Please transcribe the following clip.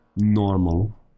normal